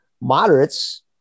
moderates